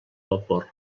vapor